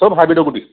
চব হাইব্ৰীডৰ গুটি